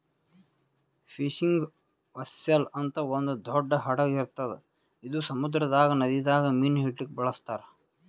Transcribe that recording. fishing vessel ಅಂತ್ ಒಂದ್ ದೊಡ್ಡ್ ಹಡಗ್ ಇರ್ತದ್ ಇದು ಸಮುದ್ರದಾಗ್ ನದಿದಾಗ್ ಮೀನ್ ಹಿಡಿಲಿಕ್ಕ್ ಬಳಸ್ತಾರ್